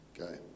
Okay